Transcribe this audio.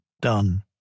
done